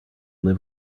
live